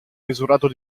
misurato